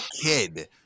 kid